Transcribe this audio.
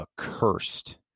accursed